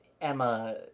Emma